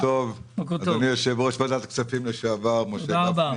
אדוני יושב-ראש ועדת הכספים לשעבר, משה גפני,